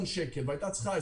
עלייך.